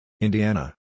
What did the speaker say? Indiana